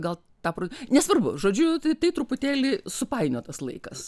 gal ta pro nesvarbu žodžiu tai tai truputėlį supainiotas laikas